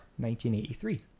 1983